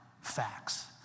facts